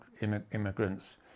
immigrants